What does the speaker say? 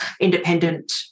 independent